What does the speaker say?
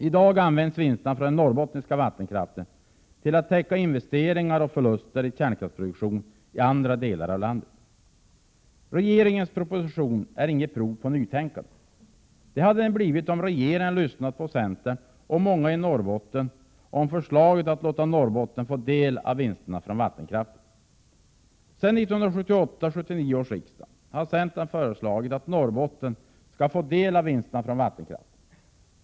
I dag används vinsterna från den norrbottniska vattenkraften till att täcka investeringar och förluster i kärnkraftsproduktion i andra delar av landet. Regeringens proposition är inget prov på nytänkande. Det hade den blivit om regeringen hade lyssnat på centern och många i Norrbotten som föreslagit att låta Norrbotten få del av vinsterna från vattenkraften. Sedan 1978/79 års riksmöte har centern föreslagit att Norrbotten skall få del av vinsterna från vattenkraften.